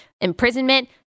imprisonment